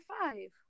five